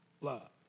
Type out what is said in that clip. love